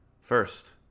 first